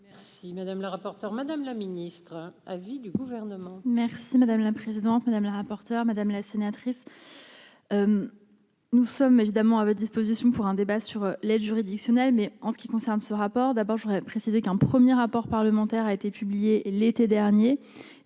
Merci madame la rapporteure, madame la ministre à vie du gouvernement. Merci madame la présidente, madame la rapporteure, madame la sénatrice. Nous sommes évidemment à votre disposition pour un débat sur l'aide juridictionnelle, mais en ce qui concerne ce rapport d'abord je voudrais préciser qu'un 1er rapport parlementaire a été publié l'été dernier